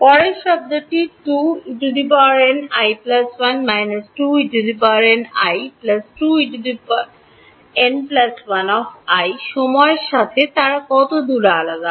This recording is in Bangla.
পরের শব্দটি 2En i 1 2En 2En1 সময়ের সাথে তারা কতদূর আলাদা